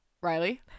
Riley